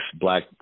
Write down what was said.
black